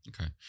Okay